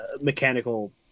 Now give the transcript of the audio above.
mechanical